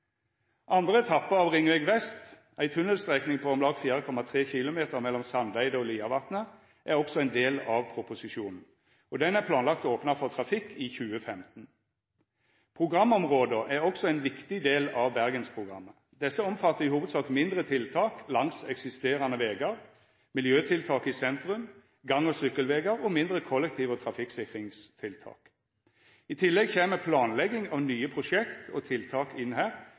Andre etappen av Ringveg vest, ei tunnelstrekning på om lag 4,3 km mellom Sandeide og Liavatnet, er også ein del av proposisjonen, og han er planlagd opna for trafikk i 2015. Programområda er også ein viktig del av Bergensprogrammet. Desse omfattar i hovudsak mindre tiltak langs eksisterande vegar, miljøtiltak i sentrum, gang- og sykkelvegar og mindre kollektiv- og trafikksikringstiltak. I tillegg kjem planlegging av nye prosjekt og tiltak inn her